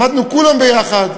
למדנו כולנו יחד,